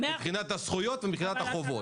-- מבחינת הזכויות ומבחינת החובות.